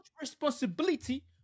responsibility